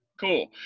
Cool